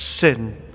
sin